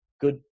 Good